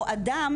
או אדם